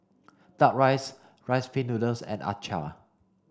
duck rice rice pin noodles and Acar